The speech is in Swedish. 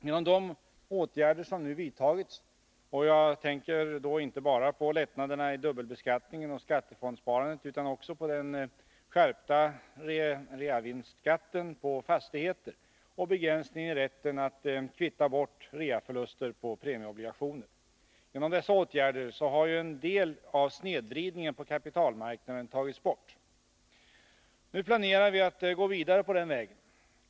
Genom de åtgärder som nu har vidtagits — och jag tänker då inte bara på lättnaderna i dubbelbeskatt ningen och skattefondssparandet, utan också på den skärpta reavinstskatten på fastigheter och på begränsningen av rätten att kvitta bort reaförluster på premieobligationer — har en del av snedvridningen på kapitalmarknaden tagits bort. Nu planerar vi att gå vidare på den vägen.